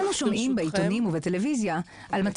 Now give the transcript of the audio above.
אנחנו מאוד מודאגים מהעומק של